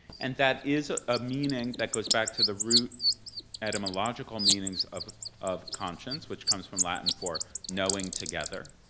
and that is a ah meaning that goes back to the root etymological meanings of of conscience, which comes from latin for knowing together